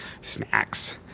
snacks